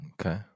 Okay